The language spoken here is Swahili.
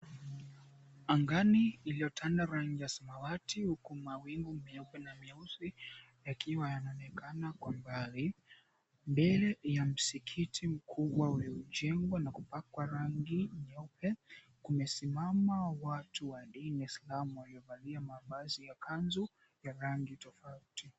Angani iliyotanda rangi ya samawati huku mawingu meupe na meusi, yakiwa yanaonekana kwa mbali. Mbele ya msikiti mkubwa uliojengwa na kupakwa rangi nyeupe, kumesimama watu wa dini ya islamu waliovalia mavazi ya kanzu ya rangi tofauti.